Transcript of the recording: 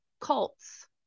cults